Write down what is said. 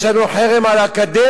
יש לנו חרם על האקדמיה.